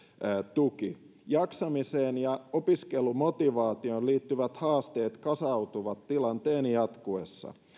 tuki jaksamiseen ja opiskelumotivaatioon liittyvät haasteet kasautuvat tilanteen jatkuessa